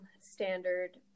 standard